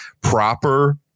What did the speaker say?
proper